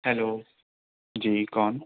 hello جی کون